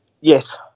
Yes